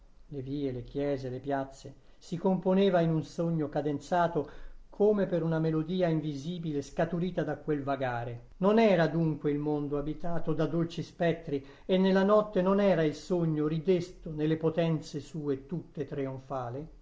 piazze si componeva in un sogno cadenzato come per una melodia invisibile scaturita da quel vagare non era dunque il mondo abitato da dolci spettri e nella notte non era il sogno ridesto nelle potenze sue tutte trionfale